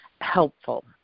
helpful